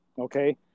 Okay